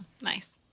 nice